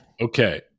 Okay